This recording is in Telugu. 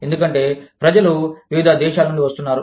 ఎందుకంటే ప్రజలు వివిధ దేశాల నుండి వస్తున్నారు